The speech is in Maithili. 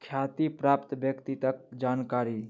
ख्याति प्राप्त व्यक्ति तक जानकारी